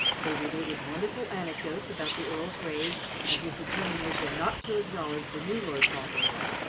they related wonderful anecdotes about the earl's rage and his determination not to acknowledge the new lord fauntleroy,